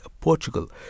Portugal